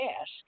ask